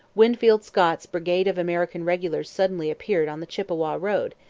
winfield scott's brigade of american regulars suddenly appeared on the chippawa road,